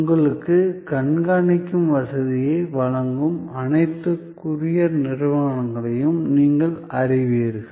உங்களுக்கு கண்காணிப்பு வசதியை வழங்கும் அனைத்து கூரியர் நிறுவனங்களையும் நீங்கள் அறிவீர்கள்